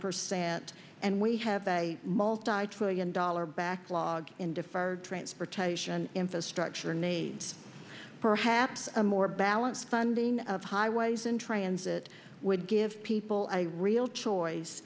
percent and we have a multitrillion dollar backlog in deferred transportation infrastructure needs perhaps a more balanced funding of highways and transit would give people a real choice